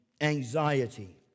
anxiety